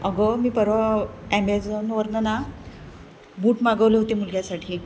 अगं मी परवा ॲमेझॉनवरून ना बूट मागवले होते मुलग्यासाठी